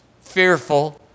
fearful